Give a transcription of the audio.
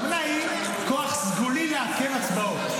הכוונה היא כוח סגולי לעכב הצבעות.